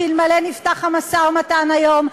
שאלמלא נפתח המשא-ומתן היום,